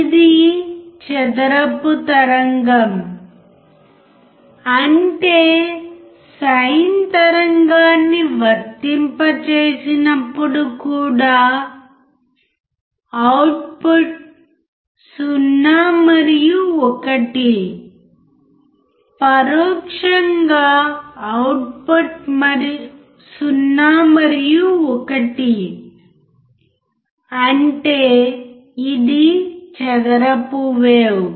ఇది చదరపు తరంగం అంటే సైన్ తరంగాన్ని వర్తింపజేసినప్పుడు కూడా అవుట్పుట్ 0 మరియు 1 పరోక్షంగా అవుట్పుట్ 0 మరియు 1 అంటే ఇది చదరపు వేవ్